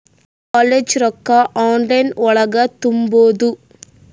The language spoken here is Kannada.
ಕಾಲೇಜ್ ರೊಕ್ಕ ಆನ್ಲೈನ್ ಒಳಗ ತುಂಬುದು?